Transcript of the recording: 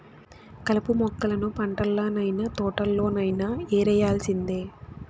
కలుపు మొక్కలను పంటల్లనైన, తోటల్లోనైన యేరేయాల్సిందే